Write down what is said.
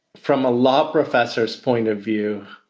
from a law professors point of view,